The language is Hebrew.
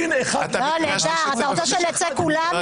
אי